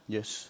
Yes